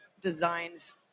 designs